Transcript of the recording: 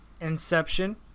Inception